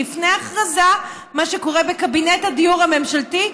לפני ההכרזה, מה שקורה בקבינט הדיור הממשלתי,